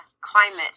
climate